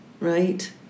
Right